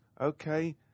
Okay